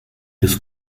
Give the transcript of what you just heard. this